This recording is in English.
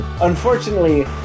unfortunately